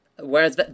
Whereas